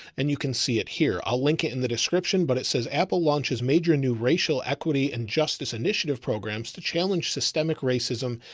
and you can see it here. i'll link it in the description, but it says apple launches, major new racial equity and justice initiative programs to challenge systemic racism,